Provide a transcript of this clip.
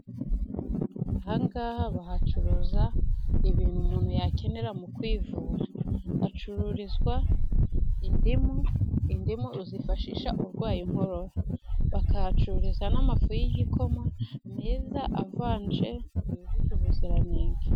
Aha ngaha bahacuruza ibintu umuntu yakenera mu kwivura, hacururizwa indimu, indimu uzifashisha urwaye inkorora, bakahacururiza n'amafu y'igikoma meza avanze, yujuje ubuziranenge.